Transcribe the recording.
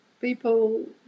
people